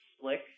slick